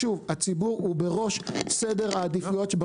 שוב, הציבור הוא בראש סדר העדיפויות.